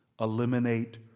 eliminate